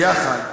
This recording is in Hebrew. יחד.